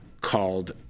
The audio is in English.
called